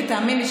ותאמין לי,